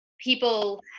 people